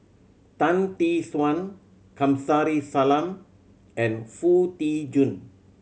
Tan Tee Suan Kamsari Salam and Foo Tee Jun